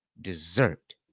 dessert